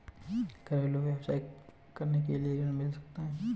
घरेलू व्यवसाय करने के लिए ऋण मिल सकता है?